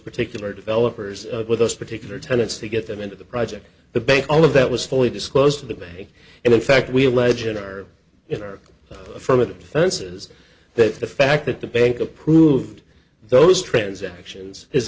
particular developers with those particular tenants to get them into project the bank all of that was fully disclosed to the bank and in fact we allege in our in our affirmative defenses that the fact that the bank approved those transactions is